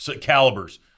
calibers